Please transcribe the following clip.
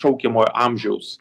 šaukiamojo amžiaus